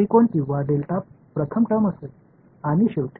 முக்கோணம் அல்லது டெல்டா முதல் வெளிப்பாடு மற்றும் இறுதியாக கடைசி வெளிப்பாடு